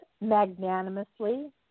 magnanimously